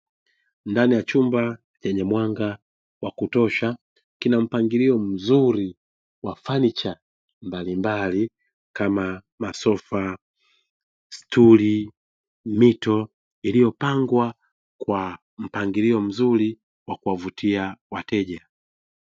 Ndani ya chumba yenye mwanga wa kutosha kina mpangilio mzuri wa fanicha, mbalimbali kama: masofa, stuli, mito; iliyopangwa kwa mpangilio mzuri wa kuwavutia wateja.